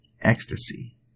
ecstasy